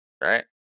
right